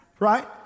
Right